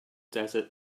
desert